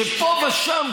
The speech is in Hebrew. שפה ושם,